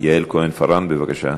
יעל כהן-פארן, בבקשה.